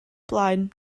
blaen